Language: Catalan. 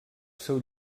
seu